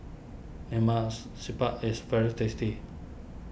Lemaks Siput is very tasty